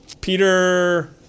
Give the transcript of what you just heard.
Peter